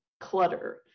clutter